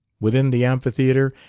within the amphitheatre,